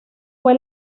fue